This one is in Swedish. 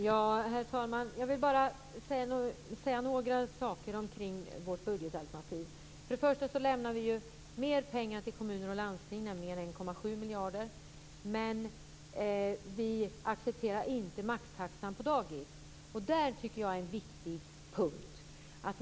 Herr talman! Jag vill bara säga några saker om vårt budgetalternativ. Först och främst lämnar vi mer pengar till kommuner och landsting, nämligen 1,7 miljarder. Men vi accepterar inte maxtaxan på dagis. Det är en viktig punkt.